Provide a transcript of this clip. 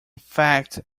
fact